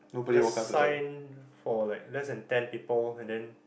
just sign for like less than ten people and then